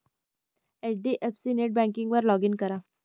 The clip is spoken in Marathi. एच.डी.एफ.सी नेटबँकिंगवर लॉग इन करा